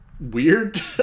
Weird